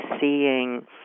seeing